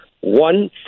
one